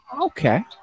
Okay